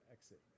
exit